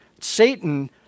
Satan